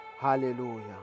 Hallelujah